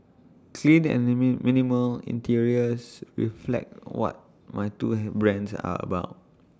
clean and the min minimal interiors reflect what my two hand brands are about